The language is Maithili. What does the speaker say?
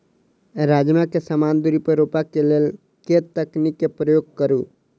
राजमा केँ समान दूरी पर रोपा केँ लेल केँ तकनीक केँ प्रयोग करू?